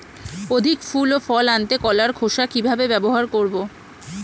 অধিক ফুল ও ফল আনতে কলার খোসা কিভাবে ব্যবহার করব?